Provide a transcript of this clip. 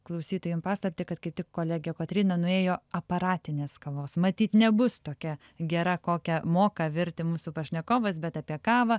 klausytojam paslaptį kad kaip tik kolegė kotryna nuėjo aparatinės kavos matyt nebus tokia gera kokią moka virti mūsų pašnekovas bet apie kavą